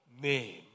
name